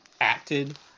acted